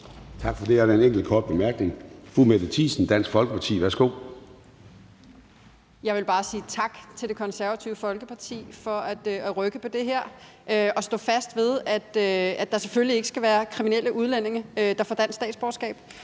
Tak for det. Der er en enkelt kort bemærkning fra fru Mette Thiesen, Dansk Folkeparti. Værsgo. Kl. 09:29 Mette Thiesen (DF): Jeg vil bare sige tak til Det Konservative Folkeparti for at rykke på det her og stå fast ved, at der selvfølgelig ikke skal være kriminelle udlændinge, der får dansk statsborgerskab.